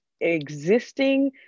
existing